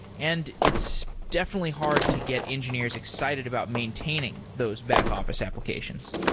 and it's definitely hard to get engineers excited about maintaining those back-office applications.